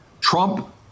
Trump